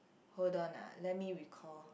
hold on ah let me recall